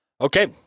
Okay